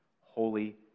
holy